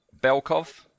Belkov